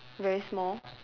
very small